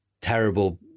terrible